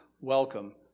welcome